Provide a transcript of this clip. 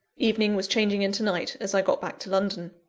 evening was changing into night as i got back to london.